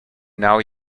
now